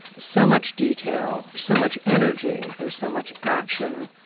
so much detail, so much energy, there's so much action.